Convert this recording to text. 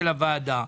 של הוועדה,